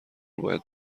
باید